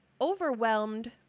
overwhelmed